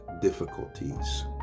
difficulties